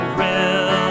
real